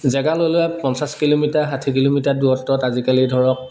জেগা লৈ লৈ পঞ্চাছ কিলোমিটাৰ ষাঠি কিলোমিটাৰ দূৰত্বত আজিকালি ধৰক